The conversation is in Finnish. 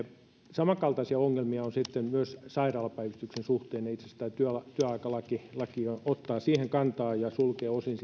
samankaltaisia ongelmia on myös sairaalapäivystyksen suhteen itse asiassa tämä työaikalaki ottaa siihen kantaa ja sulkee osin